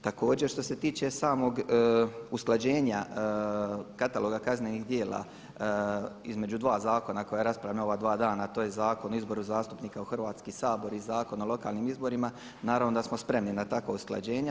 Također što se tiče samo usklađenja kataloga kaznenih djela između dva Zakona koja raspravljamo ova dva dana a to je Zakon o izboru zastupnika u Hrvatski sabor i Zakona o lokalnim izborima, naravno da smo spremni na takva usklađenja.